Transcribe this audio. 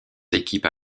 équipes